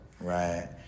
Right